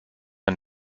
man